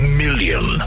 million